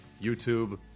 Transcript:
YouTube